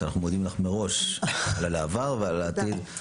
אנחנו מודים לך מראש על העבר ועל העתיד,